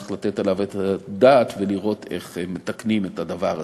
צריך לתת עליו את הדעת ולראות איך מתקנים את הדבר הזה.